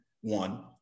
one